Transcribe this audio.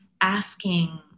Asking